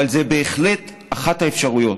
זו בהחלט אחת האפשרויות.